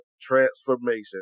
transformation